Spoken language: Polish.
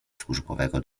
służbowego